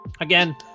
again